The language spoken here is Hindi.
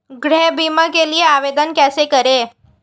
गृह बीमा के लिए आवेदन कैसे करें?